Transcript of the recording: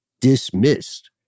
dismissed